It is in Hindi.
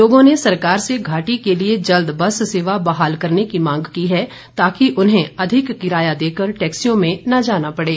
लोगों ने सरकार से घाटी के लिए जल्द बेस सेवा बहाल करने की मांग की है ताकि उन्हें अधिक किराया देकर टैक्सियों में न जाना पड़े